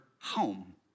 home